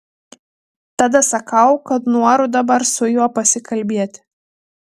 tada sakau kad noriu dabar su juo pasikalbėti